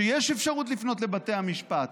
שיש אפשרות לפנות לבתי המשפט,